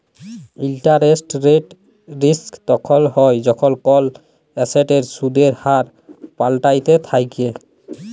interest rate risk তখল হ্যয় যখল কল এসেটের সুদের হার পাল্টাইতে থ্যাকে